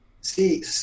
See